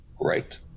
Great